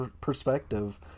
perspective